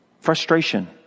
Frustration